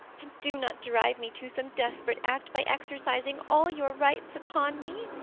and do not drive me to some desperate act by exercising all your rights upon me.